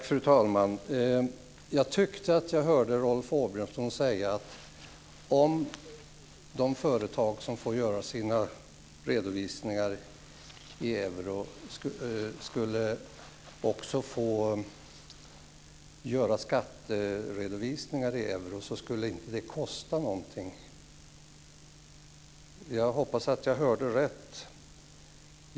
Fru talman! Jag tyckte mig höra Rolf Åbjörnsson säga att det inte skulle kosta någonting om de företag som får göra sina redovisningar i euro också fick göra skatteredovisningar i euro. Jag hoppas att jag hörde rätt.